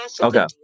Okay